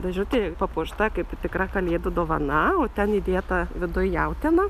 dėžutė papuošta kaip tikra kalėdų dovana o ten įdėta viduj jautiena